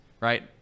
right